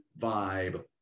vibe